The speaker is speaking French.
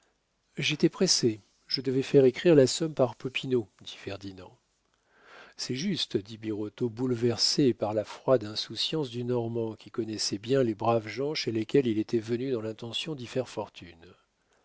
j'étais pressé je devais faire écrire la somme par popinot dit ferdinand c'est juste dit birotteau bouleversé par la froide insouciance du normand qui connaissait bien les braves gens chez lesquels il était venu dans l'intention d'y faire fortune